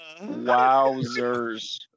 Wowzers